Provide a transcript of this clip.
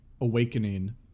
awakening